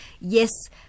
yes